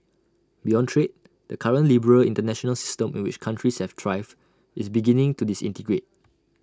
beyond trade the current liberal International system in which countries have thrived is beginning to disintegrate